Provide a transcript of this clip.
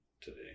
today